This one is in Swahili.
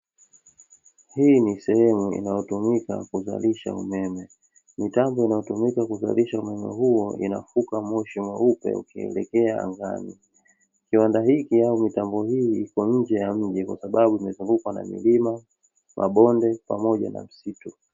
Hii ni sehemu inayotumika kuzalisha umeme, mitambo inayotumika kuzalisha umeme huo inafuka moshi mweupe ukielekea angani. Kiwanda hiki au mitambo hii ipo nje ya mji kwasababu imezungukwa na milima, mabonde pamoja na misitu.